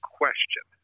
question